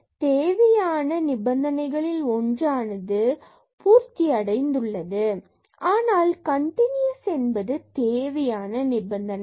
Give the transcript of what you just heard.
எனவே தேவையான நிபந்தனைகளில் ஒன்றானது பூர்த்தி அடைந்துள்ளது ஆனால் கன்டினுயஸ் என்பது தேவையான நிபந்தனையாகும்